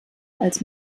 als